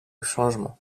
changement